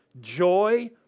joy